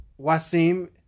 Wasim